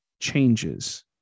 changes